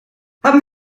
haben